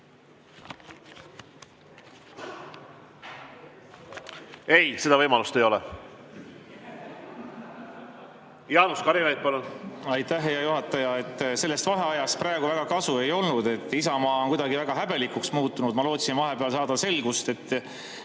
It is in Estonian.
Ei, seda võimalust ei ole. (Naer saalis.) Jaanus Karilaid, palun! Aitäh, hea juhataja! Sellest vaheajast praegu väga kasu ei olnud, Isamaa on kuidagi väga häbelikuks muutunud. Ma lootsin vahepeal saada selgust,